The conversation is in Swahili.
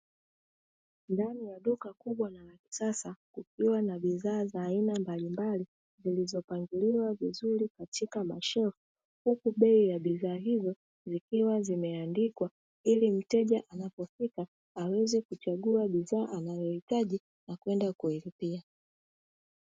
Ndani ya duka kubwa na la kisasa kukiwa na bidhaa za aina mbalimbali zilizopangiliwa vizuri katika mashelfu, huku bei ya hizo bidhaa ikiwa imeandikwa ili mteja anapofika aweze kuchagua bidhaa anayoihitaji na kwenda kulipia.